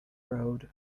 road